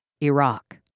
Iraq